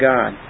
God